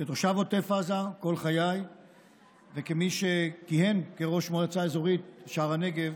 כתושב עוטף עזה כל חיי וכמי שכיהן כראש המועצה האזורית שער הנגב